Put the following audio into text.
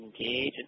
engage